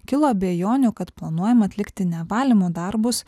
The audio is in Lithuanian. kilo abejonių kad planuojama atlikti ne valymo darbus